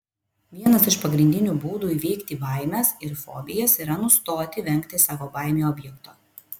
vienas iš pagrindinių būdų įveikti baimes ir fobijas yra nustoti vengti savo baimių objekto